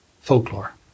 folklore